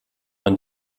man